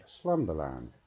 slumberland